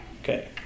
Okay